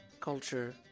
culture